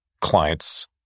clients